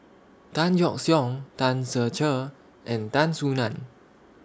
Tan Yeok Seong Tan Ser Cher and Tan Soo NAN